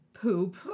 poop